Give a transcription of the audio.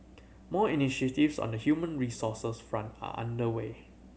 more initiatives on the human resources front are under way